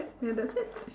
ya that's it